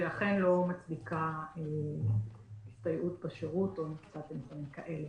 שלא מצדיקה הסתייעות בשירות או נקיטת אמצעים כאלה.